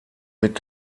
mit